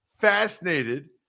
fascinated